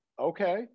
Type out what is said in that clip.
okay